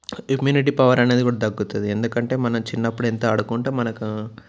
immunity power అనేది కూడా తగ్గుతుంది ఎందుకంటే మనం చిన్నపుడు ఎంత ఆడుకుంటే మనకు